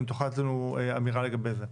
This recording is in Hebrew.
אם תוכל לתת לנו אמירה לגבי זה.